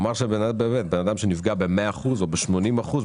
הוא אמר שבן אדם שנפגע ב-100 אחוזים או ב-80 אחוזים,